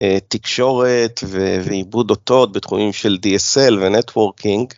תקשורת ועיבוד אותות בתחומים של DSL ו-Networking.